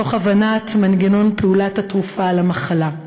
מתוך הבנת מנגנון פעולת התרופה על המחלה.